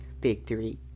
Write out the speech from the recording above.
victory